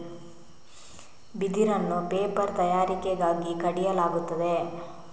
ಬಿದಿರನ್ನು ಪೇಪರ್ ತಯಾರಿಕೆಗಾಗಿ ಕಡಿಯಲಾಗುತ್ತದೆ